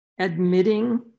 admitting